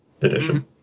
Edition